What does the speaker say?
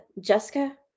Jessica